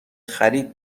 خرید